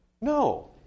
No